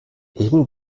eben